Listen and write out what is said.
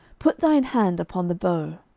put thine hand upon the bow.